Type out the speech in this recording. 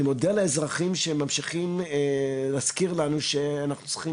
אני מודה מאוד לאזרחים שממשיכים להזכיר לנו שאנחנו צריכים